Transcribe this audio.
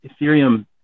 Ethereum